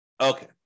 Okay